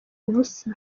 ubusa